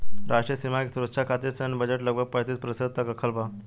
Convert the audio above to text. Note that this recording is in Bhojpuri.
राष्ट्रीय सीमा के सुरक्षा खतिर सैन्य बजट लगभग पैंतीस प्रतिशत तक रखल बा